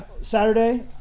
Saturday